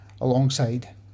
alongside